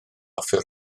offer